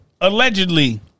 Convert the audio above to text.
allegedly